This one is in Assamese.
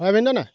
হয় ভিনদেউ নে